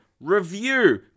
Review